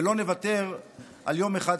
ולא נוותר על יום אחד,